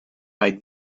why